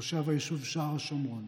תושב היישוב שער השומרון,